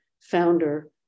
founder